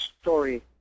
story